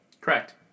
Correct